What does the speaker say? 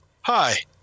hi